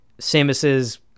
Samus's